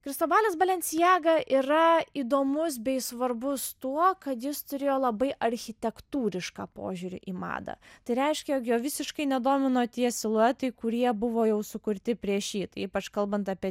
kristobalis balenciaga yra įdomus bei svarbus tuo kad jis turėjo labai architektūrišką požiūrį į madą tai reiškia jog jo visiškai nedomino tie siluetai kurie buvo jau sukurti prieš jį tai ypač kalbant apie